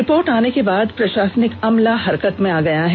report आने के बाद प्रशासनिक अमला हरकत में आ गया है